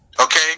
okay